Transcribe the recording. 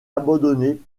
abandonné